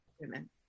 women